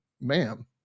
ma'am